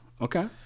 Okay